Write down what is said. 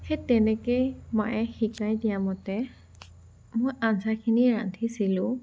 সেই তেনেকেই মায়ে শিকাই দিয়া মতে মই আঞ্জাখিনি ৰান্ধিছিলোঁ